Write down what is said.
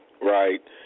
right